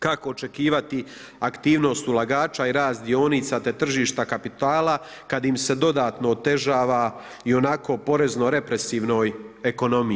Kako očekivati aktivnost ulagača i rast dionica te tržišta kapitala kad im se dodatno otežava ionako porezno represivnoj ekonomiji?